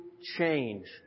change